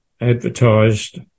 advertised